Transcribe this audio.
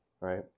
right